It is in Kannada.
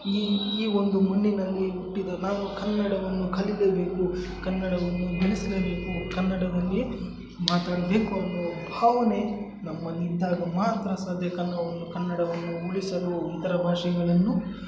ಈ ಈ ಒಂದು ಮಣ್ಣಿನಲ್ಲಿ ಹುಟ್ಟಿದ ನಾವು ಕನ್ನಡವನ್ನು ಕಲೀಲೆಬೇಕು ಕನ್ನಡವನ್ನು ಬೆಳೆಸ್ಲೇಬೇಕು ಕನ್ನಡದಲ್ಲಿಯೇ ಮಾತಾಡಬೇಕು ಅನ್ನೋ ಭಾವನೆ ನಮ್ಮಲ್ಲಿ ಇದ್ದಾಗ ಮಾತ್ರ ಸಾಧ್ಯ ಕನ್ನಡವನ್ನು ಕನ್ನಡವನ್ನು ಉಳಿಸಲು ಇತರ ಭಾಷೆಗಳನ್ನು